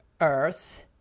earth